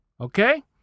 Okay